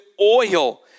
oil